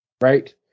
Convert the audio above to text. right